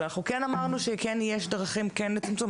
אנחנו כן אמרנו שכן יש דרכים לצמצום.